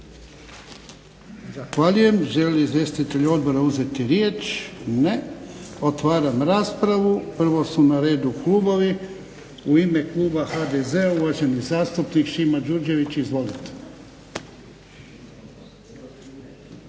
Zahvaljujem. Žele li izvjestitelji odbora uzeti riječ? Ne. Otvaram raspravu. Prvo su na redu klubovi. U ime kluba HDZ-a uvaženi zastupnik Šime Đurđević. Izvolite.